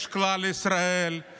יש כלל ישראל,